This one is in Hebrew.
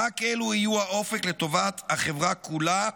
רק אלו יהיו האופק לטובת החברה כולה,